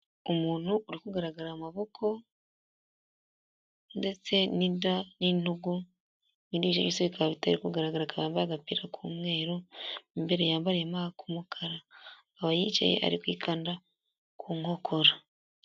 Umuntu uri kugaragara amaboko ndetse n'inda n'intugu, ibindi byose bikaba bitari kugaragara, akaba yambaye agapira k'umweru, mu imbere yambariyemo ak'umukara, akaba yicaye ari kwikanda ku nkokora.